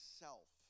self